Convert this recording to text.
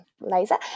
laser